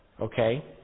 okay